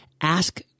Ask